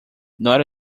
not